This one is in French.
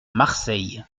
marseille